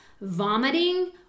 vomiting